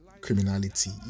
criminality